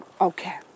okay